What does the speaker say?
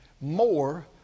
more